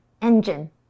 Engine